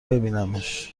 ببینمش